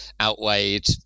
outweighed